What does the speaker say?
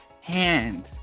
hand